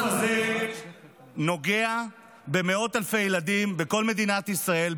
הגוף הזה נוגע במאות אלפי ילדים בכל מדינת ישראל,